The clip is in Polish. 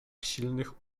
silnych